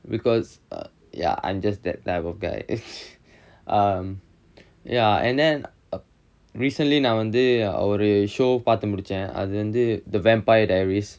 because err ya I'm just that type of guy um ya and then err recently நா வந்து ஒரு:naa vanthu oru show பாத்து முடிச்சேன் அது வந்து:paathu mudichaen athu vanthu the vampire diaries